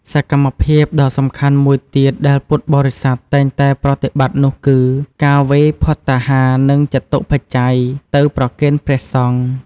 សកម្មភាពដ៏សំខាន់មួយទៀតដែលពុទ្ធបរិស័ទតែងតែប្រតិបត្តិនោះគឺ ការវេរភត្តាហារ និងចតុបច្ច័យ ទៅប្រគេនព្រះសង្ឃ។